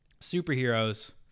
superheroes